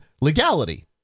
legality